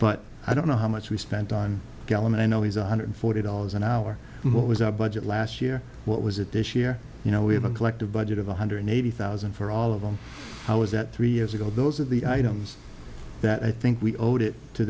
but i don't know how much we spent on gallup and i know he's one hundred forty dollars an hour what was our budget last year what was it this year you know we have a collective budget of one hundred eighty thousand for all of them how is that three years ago those are the items that i think we owed it to